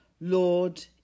Lord